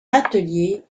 atelier